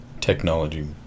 technology